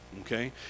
okay